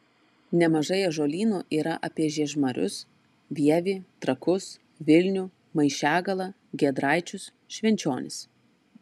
nemažai ąžuolynų yra apie žiežmarius vievį trakus vilnių maišiagalą giedraičius švenčionis